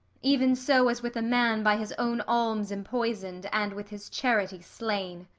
even so as with a man by his own alms empoison'd, and with his charity slain.